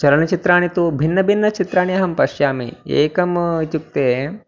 चलनचित्राणि तु भिन्नभिन्नचित्राणि अहं पश्यामि एकम् इत्युक्ते